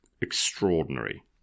extraordinary